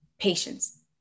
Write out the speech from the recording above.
patience